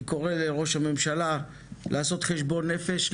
אני קורא לראש הממשלה לעשות חשבון נפש,